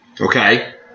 Okay